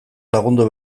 lagundu